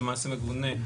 של מעשה מגונה,